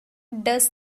does